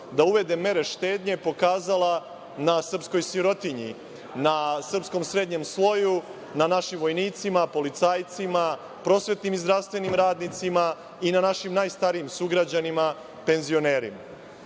da uvede mere štednje pokazala na srpskoj sirotinji, na srpskom srednjem sloju, na našim vojnicima, policajcima, prosvetnim i zdravstvenim radnicima, i na našim najstarijim sugrađanima penzionerima. Kada